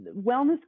wellness